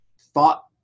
thought